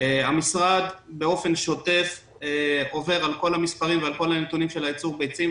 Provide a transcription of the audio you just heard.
המשרד באופן שוטף עובר על כל המספרים ועל כל הנתונים של ייצור הביצים.